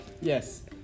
Yes